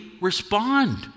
respond